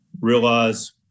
realize